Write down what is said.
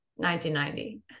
1990